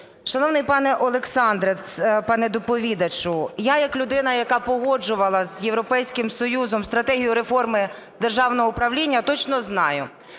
Шановний пане Олександре, пане доповідачу, я як людина, яка погоджувала з Європейським Союзом стратегію реформи державного управління, точно знаю,